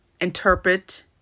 interpret